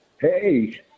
Hey